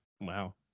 wow